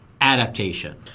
adaptation